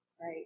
Right